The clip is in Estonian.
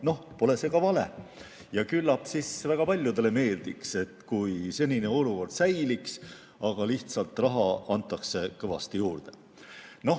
pole see ka vale. Küllap väga paljudele meeldiks, kui senine olukord säiliks, aga lihtsalt raha antaks kõvasti juurde.